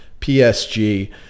PSG